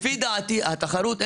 התחרות?